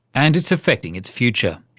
and it's affecting its future.